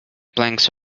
planks